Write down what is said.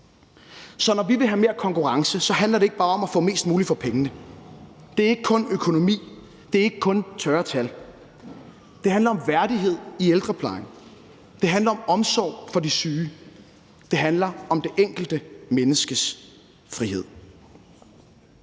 Så når vi vil have mere konkurrence, handler det ikke bare om at få mest muligt for pengene, det er ikke kun økonomi, det er ikke kun tørre tal. Det handler om værdighed i ældreplejen, det handler om omsorg for de syge, det handler om det enkelte menneskes frihed.